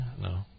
No